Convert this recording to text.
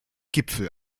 gipfel